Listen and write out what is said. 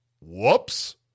whoops